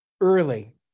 Early